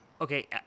Okay